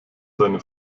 seine